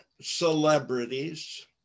celebrities